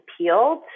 peeled